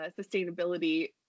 sustainability